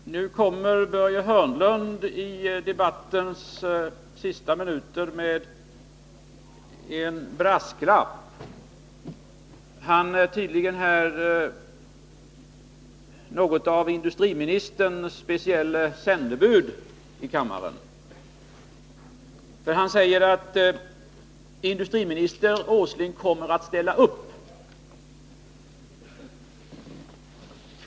Herr talman! Nu kommer Börje Hörnlund i debattens sista minuter med en brasklapp. Han är tydligen industriministerns speciella sändebud i kammaren. Han säger att industriminister Åsling kommer att ställa upp.